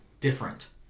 different